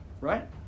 right